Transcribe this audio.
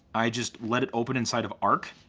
i just let it open inside of arc